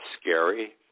scary